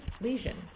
lesion